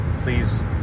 Please